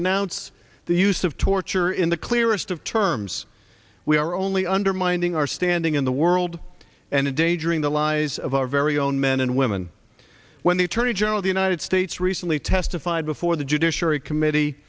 renounce the use of torture in the clearest of terms we are only undermining our standing in the world and a danger in the lives of our very own men and women when the attorney general the night states recently testified before the judiciary committee